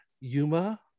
Yuma